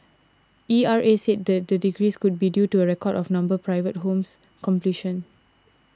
E R A said the decrease could be due to a record of number private homes completion